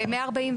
ב-140,